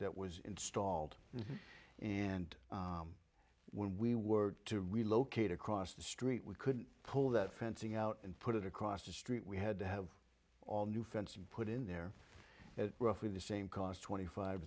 that was installed and when we were to relocate across the street we could pull that fencing out and put it across the street we had to have all new fencing put in there at roughly the same cost twenty five